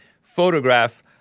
photograph